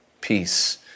Peace